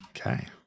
Okay